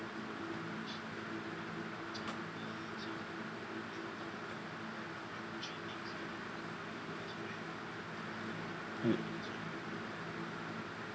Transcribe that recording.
good